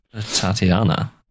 Tatiana